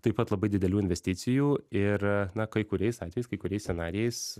taip pat labai didelių investicijų ir na kai kuriais atvejais kai kuriais scenarijais